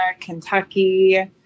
kentucky